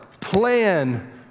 plan